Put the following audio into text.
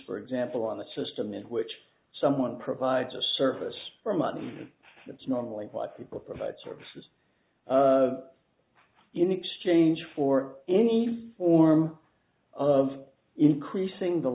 for example on a system in which someone provides a service for money that's normally what people provide services in exchange for any form of increasing the